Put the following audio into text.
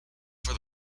for